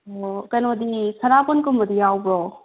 ꯑꯣ ꯀꯩꯅꯣꯗꯤ ꯁꯅꯥꯕꯨꯟꯉꯨꯝꯕꯗꯤ ꯌꯥꯎꯕ꯭ꯔꯣ